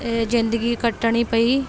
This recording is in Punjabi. ਇਹ ਜ਼ਿੰਦਗੀ ਕੱਟਣੀ ਪਈ